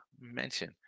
mention